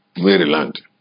Maryland